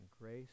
grace